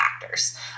factors